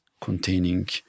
containing